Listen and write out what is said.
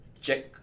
check